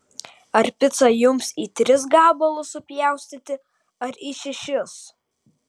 ar picą jums į tris gabalus supjaustyti ar į šešis